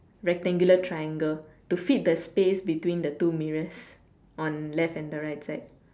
rectangular triangle to fit the space between the two mirrors on left hand and the right side